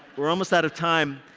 we're almost out of time.